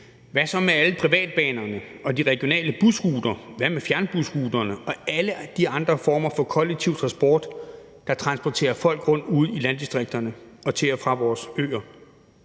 Hvad så med alle privatbanerne og de regionale busruter? Hvad med fjernbusruterne og alle de andre former for kollektiv transport, der transporterer folk rundt ude i landdistrikterne og til og fra vores øer?